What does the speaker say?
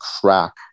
crack